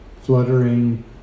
fluttering